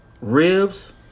Ribs